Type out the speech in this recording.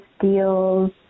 deals